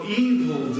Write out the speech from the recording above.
evil